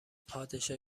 پادشاه